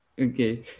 Okay